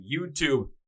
YouTube